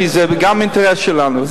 כי זה גם אינטרס שלנו.